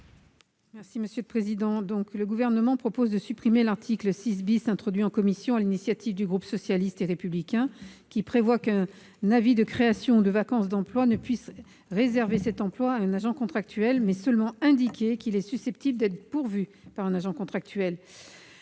de la commission ? Le Gouvernement propose de supprimer l'article 6, introduit en commission sur l'initiative du groupe socialiste et républicain. Cet article prévoit qu'un avis de création ou de vacance d'emploi ne peut réserver cet emploi à un agent contractuel mais peut seulement indiquer qu'il est susceptible d'être pourvu par un contractuel.